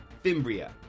Fimbria